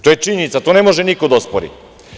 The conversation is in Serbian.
To je činjenica, to ne može niko da ospori.